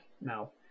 No